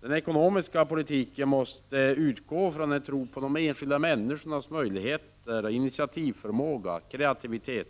Den ekonomiska politiken måste utgå från en tro på de enskilda människornas möjligheter, — Prot. 1989/90:45 initiativförmåga, kreativitet